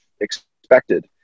expected